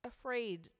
afraid